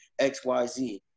xyz